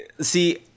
see